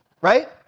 right